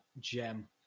gem